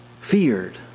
feared